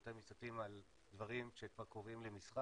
יותר מסתכלים על דברים שכבר קרובים למסחר,